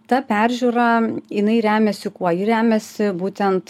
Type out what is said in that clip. ta peržiūra jinai remiasi kuo ji remiasi būtent